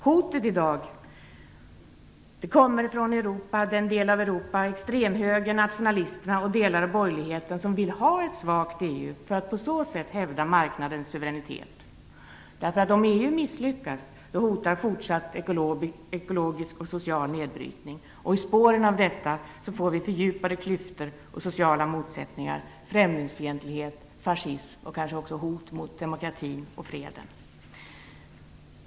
Hotet i dag kommer från den del av Europa som hyser extremhögern, nationalisterna och delar av borgerligheten, som vill ha ett svagt EU för att på så sätt hävda marknadens suveränitet. Om EU misslyckas, hotar fortsatt ekologisk och social nedbrytning. I spåren av detta får vi fördjupade klyftor av sociala motsättningar, främlingsfientlighet, fascism och hot mot demokratin och freden.